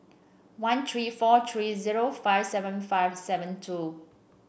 one three four three zero five seven five seven two